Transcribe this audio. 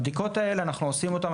את הבדיקות האלה אנחנו עושים אותן,